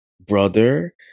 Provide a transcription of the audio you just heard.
brother